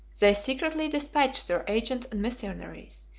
they secretly despatched their agents and missionaries,